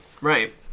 right